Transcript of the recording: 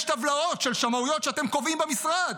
יש טבלאות של שמאויות שאתם קובעים במשרד.